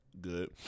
good